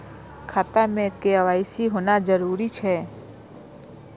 खाता में के.वाई.सी होना जरूरी छै?